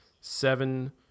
seven